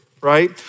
right